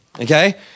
okay